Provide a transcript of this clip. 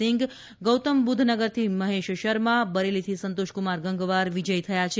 સિંઘ ગૌતમ બુદ્ધ નગરથી મહેશ શર્મા બરેલીથી સંતોષ્કુમાર ગંગવાર વિજયી થયા છે